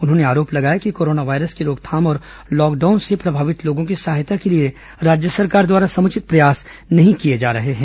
उन्होंने आरोप लगाया कि कोरोना वायरस की रोकथाम और लॉकडाउन से प्रभावित लोगों की सहायता के लिए राज्य सरकार द्वारा समुचित प्रयास नहीं किए जा रहे हैं